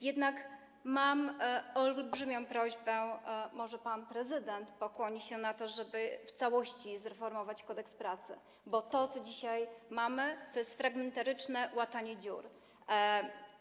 Jednak mam olbrzymią prośbę: może pan prezydent pokusi się o to, żeby w całości zreformować Kodeks pracy, bo to, co dzisiaj mamy, to jest fragmentaryczne łatanie dziur.